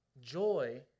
joy